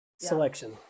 selection